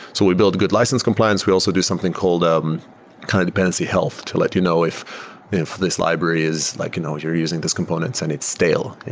so we build good license compliance. we also do something called um kind of dependency health to let you know if if this library is like you know you're using this components and it's stale.